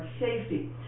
safety